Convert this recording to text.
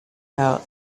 her